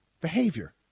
behavior